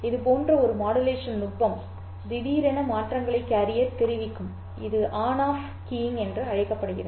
இதுபோன்ற ஒரு மாடுலேஷன் நுட்பம் திடீரென மாற்றங்களை கேரியர் தெரிவிக்கும் இது ஆன் ஆஃப் கீயிங் என்று அழைக்கப்படுகிறது